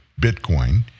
Bitcoin